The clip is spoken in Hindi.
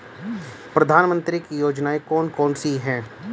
प्रधानमंत्री की योजनाएं कौन कौन सी हैं?